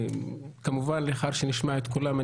כמובן לאחר שנשמע את כולם,